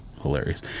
Hilarious